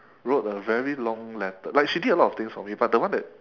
wrote a very long letter like she did a lot of things for me but the one that